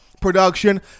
production